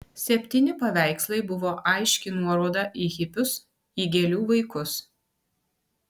septyni paveikslai buvo aiški nuoroda į hipius į gėlių vaikus